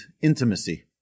intimacy